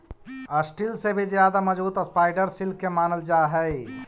steel से भी ज्यादा मजबूत स्पाइडर सिल्क के मानल जा हई